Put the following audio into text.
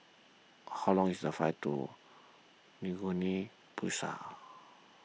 how long is the flight to Guinea Bissau